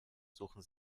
suchen